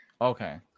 Okay